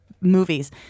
movies